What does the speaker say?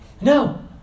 no